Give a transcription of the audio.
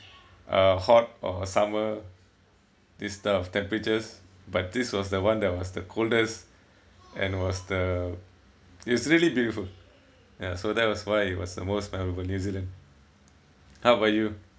uh hot or summer this type of temperatures but this was the one that was the coldest and was the it's really beautiful ya so that was why it was the most memorable new zealand how about you